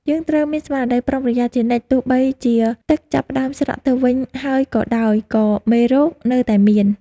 យើងត្រូវមានស្មារតីប្រុងប្រយ័ត្នជានិច្ចទោះបីជាទឹកចាប់ផ្តើមស្រកទៅវិញហើយក៏ដោយក៏មេរោគនៅតែមាន។